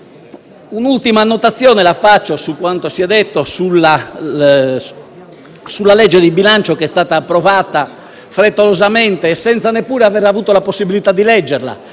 Un'ultima annotazione riguarda la legge di bilancio, che è stata approvata frettolosamente e senza neppure aver avuto la possibilità di leggerla.